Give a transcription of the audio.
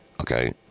Okay